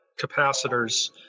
capacitors